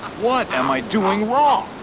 what am i doing wrong!